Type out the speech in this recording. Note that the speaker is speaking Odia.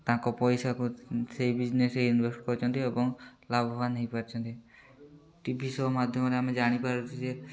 ତାଙ୍କ ପଇସାକୁ ସେଇ ବିଜନେସ୍ ଇନଭେଷ୍ଟ କରିଛନ୍ତି ଏବଂ ଲାଭବାନ ହେଇପାରୁଛନ୍ତି ଟି ଭି ସୋ ମାଧ୍ୟମରେ ଆମେ ଜାଣିପାରୁଛୁ ଯେ